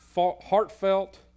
heartfelt